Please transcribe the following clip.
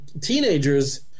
teenagers